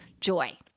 joy